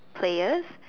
players